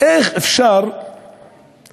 איך אפשר לבקש מאזרח